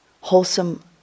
Wholesome